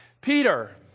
Peter